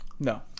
no